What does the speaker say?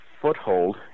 foothold